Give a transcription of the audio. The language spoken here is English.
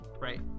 right